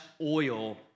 oil